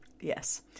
Yes